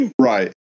Right